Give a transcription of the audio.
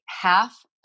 half